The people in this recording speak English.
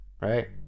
right